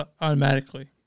automatically